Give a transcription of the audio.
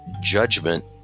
judgment